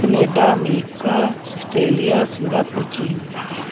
Canada America Australia Singapore China